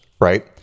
right